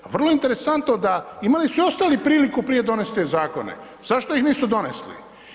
A vrlo interesantno da, imali su i ostali priliku prije donest te zakone, zašto ih nisu donesli?